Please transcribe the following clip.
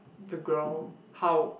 the ground how